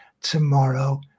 tomorrow